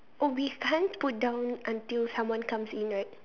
oh we can't put down until someone comes in right